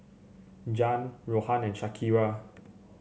Zhane Rohan and Shakira